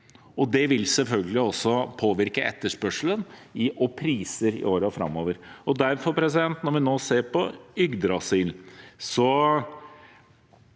Det vil selvfølgelig også påvirke etterspørselen og priser i årene framover. Derfor, når vi nå ser på Yggdrasil,